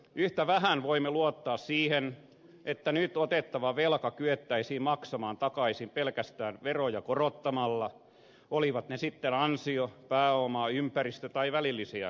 yhtä vähän voimme luottaa siihen että nyt otettava velka kyettäisiin maksamaan takaisin pelkästään veroja korottamalla olivat ne sitten ansio pääoma ympäristö tai välillisiä veroja